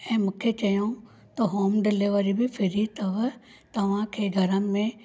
ऐं मूंखे चयो त होम डिलीवरी बि फ्री अथव तव्हांखे घर में